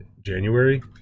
January